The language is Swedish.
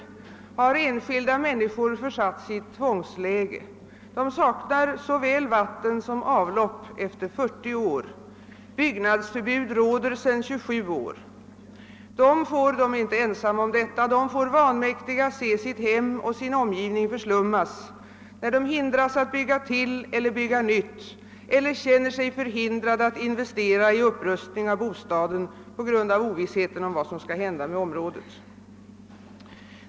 Där har enskilda människor och som alltså bara får tjänstgöra som innebär att de sedan 40 år fortfarande saknar såväl vatten som avlopp. Byggnadsförbud råder sedan 27 år tillbaka, De är inte ensamma om en sådan situation. De får vanmäktiga se sitt hem och sin omgivning förslummas, då de hindras att bygga till eller bygga nytt eller känner sig förhindrade att investera i upprustning av bostaden på grund av ovissheten om vad som skall hända med området.